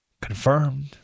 Confirmed